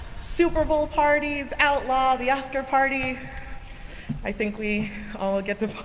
super bowl parties, outlaw, the oscar party i think we all get the